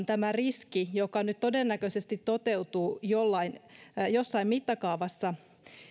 tämä riski joka nyt todennäköisesti toteutuu jossain mittakaavassa